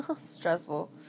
stressful